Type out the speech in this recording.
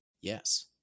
yes